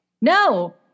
No